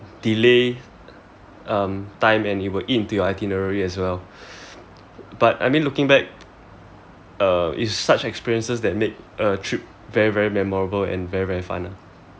delay um time and it will eat into your itinerary as well but I mean looking back uh it's such experiences that make a trip very very memorable and very very fun [lah}